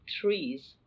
trees